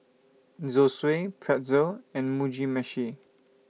Zosui Pretzel and Mugi Meshi